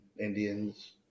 indians